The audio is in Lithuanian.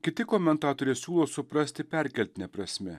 kiti komentatoriai siūlo suprasti perkeltine prasme